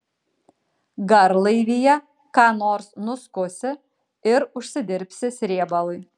garlaivyje ką nors nuskusi ir užsidirbsi srėbalui